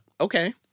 okay